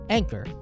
Anchor